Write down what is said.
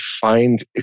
find